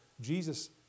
Jesus